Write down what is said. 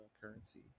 currency